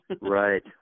Right